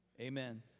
amen